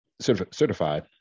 certified